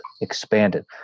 Expanded